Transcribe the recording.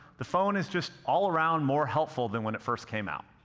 the phone is just all around more helpful than when it first came out.